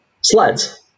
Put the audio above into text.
sleds